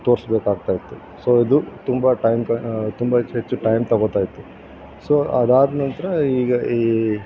ತೋರಿಸ್ಬೇಕಾಗ್ತಾಯಿತ್ತು so ಅದು ತುಂಬ time ತುಂಬ ಹೆಚ್ಚು ಹೆಚ್ಚು ಟೈಮ್ ತೊಗೊತಾಯಿತ್ತು ಸೊ ಅದಾದ ನಂತರ ಈಗ ಈ